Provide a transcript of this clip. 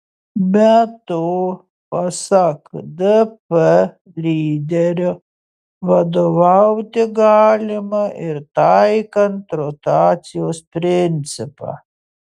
be to pasak dp lyderio vadovauti galima ir taikant rotacijos principą